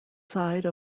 side